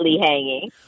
hanging